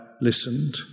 listened